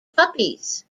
puppies